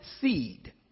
seed